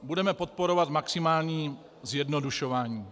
Budeme podporovat maximální zjednodušování.